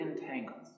entangles